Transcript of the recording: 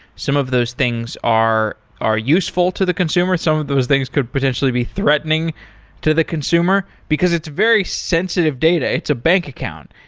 some of those things are are useful to the consumer. some of those things could potentially be threatening to the consumer, because it's a very sensitive data. it's a bank account.